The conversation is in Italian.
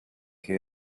che